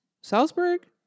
Salzburg